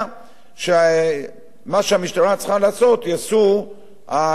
שמה שהמשטרה צריכה לעשות יעשו האזרחים.